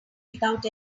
without